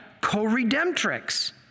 co-redemptrix